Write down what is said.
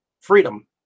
freedom